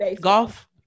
Golf